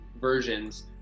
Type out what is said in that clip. versions